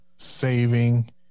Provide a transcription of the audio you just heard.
Saving